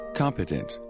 competent